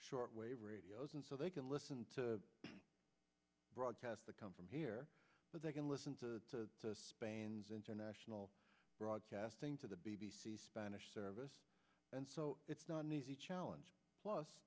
shortwave radios and so they can listen to broadcast to come from here but they can listen to bands international broadcasting to the b b c spanish service and so it's not an easy challenge plus